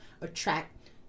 attract